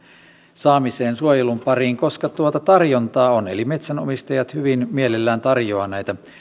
saamiseen suojelun pariin koska tuota tarjontaa on eli metsänomistajat hyvin mielellään tarjoavat näitä